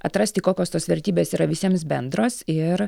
atrasti kokios tos vertybės yra visiems bendros ir